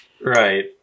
right